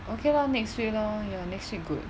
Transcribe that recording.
okay lor next week lor ya next week good